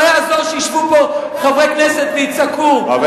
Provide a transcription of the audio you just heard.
לא יעזור שישבו פה חברי כנסת ויתגוללו.